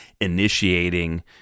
initiating